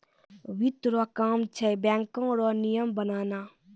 वित्त रो काम छै बैको रो नियम बनाना